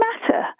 matter